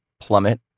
plummet